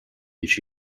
each